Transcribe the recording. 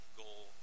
goal